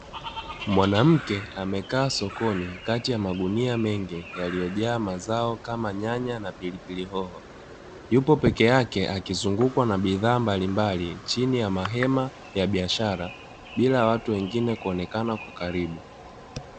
Mwanamke amekaa sokoni kati ya magunia mengi yaliyojaa mazao kama nyanya na pilipili hoho, yupo peke yake akizungukwa na bidhaa mbalimbali chini ya mahema ya biashara bila ya watu wengine kuonekana kwa karibu.